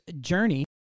Journey